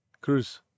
Cruz